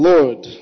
Lord